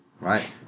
right